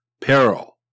Peril